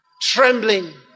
Trembling